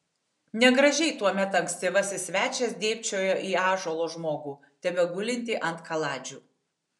negražiai tuomet ankstyvasis svečias dėbčiojo į ąžuolo žmogų tebegulintį ant kaladžių